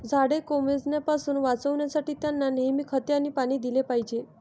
झाडे कोमेजण्यापासून वाचवण्यासाठी, त्यांना नेहमी खते आणि पाणी दिले पाहिजे